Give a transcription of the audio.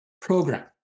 program